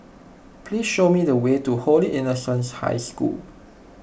please show me the way to Holy Innocents' High School